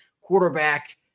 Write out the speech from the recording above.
quarterback